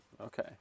okay